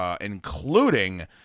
including